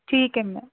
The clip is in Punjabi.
ਠੀਕ ਹੈ ਮੈਮ